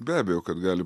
be abejo kad gali